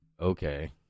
Okay